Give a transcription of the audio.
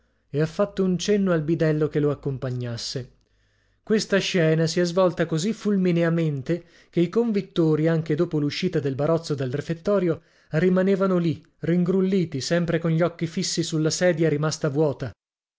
e ha fatto un cenno al bidello che lo accompagnasse questa scena si è svolta così fulmineamente che i convittori anche dopo l'uscita del barozzo dal refettorio rimanevano lì ringrulliti sempre con gli occhi fissi sulla sedia rimasta vuota